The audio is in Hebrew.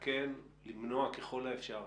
לתקן ולמנוע ככל האפשר.